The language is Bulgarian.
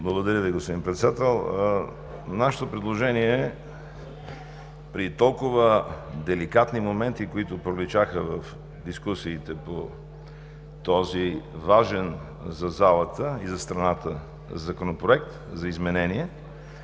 Благодаря Ви, господин Председател. Нашето предложение при толкова деликатни моменти, които проличаха в дискусиите по този важен за залата и за страната Законопроект за изменение,